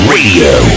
Radio